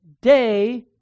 day